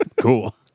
Cool